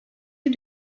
you